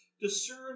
Discern